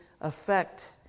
affect